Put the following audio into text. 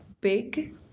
big